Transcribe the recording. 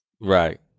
Right